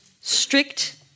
strict